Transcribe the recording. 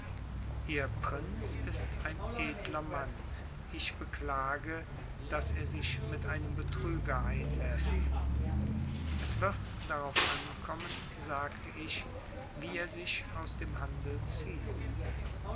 ihr prinz ist ein edler mann ich beklage daß er sich mit einem betrüger einläßt es wird darauf ankommen sagte ich wie er sich aus dem handel zieht